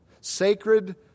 sacred